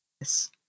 Yes